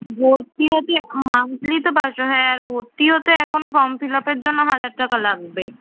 ভর্তি হতে মান্তলি তো পাঁচশো হ্যাঁ ভর্তি হতে এখন ফর্ম ফিলআপের জন্য হাজার টাকা লাগবে